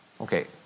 Okay